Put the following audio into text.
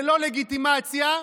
ללא לגיטימציה.